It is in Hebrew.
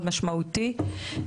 הדבר הזה לא קורה אצלנו,